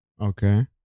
Okay